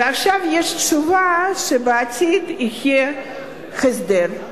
ועכשיו יש תשובה שבעתיד יהיה הסדר.